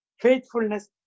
faithfulness